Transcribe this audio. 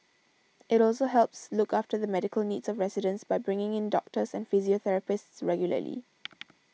it also helps look after the medical needs of residents by bringing in doctors and physiotherapists regularly